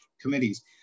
committees